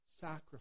sacrifice